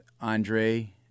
Andre